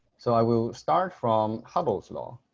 so i will start from hubble's law